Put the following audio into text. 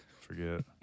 Forget